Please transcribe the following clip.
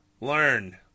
learn